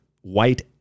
white